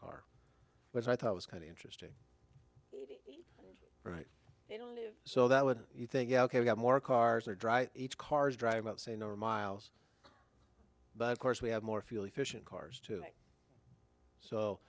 car which i thought was kind of interesting right so that would you think ok we got more cars or dry eight cars drive out saying or miles but of course we have more fuel efficient cars too so